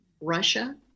Russia